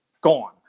gone